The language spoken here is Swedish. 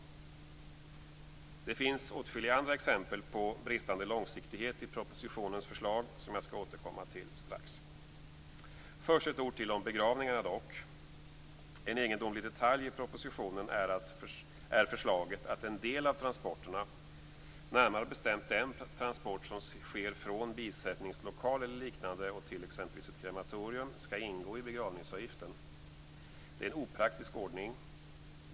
Det finns åtskilliga andra exempel på bristande långsiktighet i propositionens förslag, som jag skall återkomma till strax. Men först ett ord till om begravningarna. En egendomlig detalj i propositionen är förslaget att en del av transporterna, närmare bestämt den transport som sker från bisättningslokal eller liknande och till exempelvis ett krematorium, skall ingå i begravningsavgiften. Det är en opraktisk ordning.